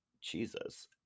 Jesus